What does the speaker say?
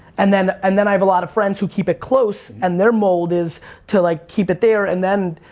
and then, and then, i have a lot of friends who keep it close, and there mold is to like, keep it there. and then,